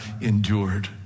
endured